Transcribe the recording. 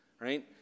right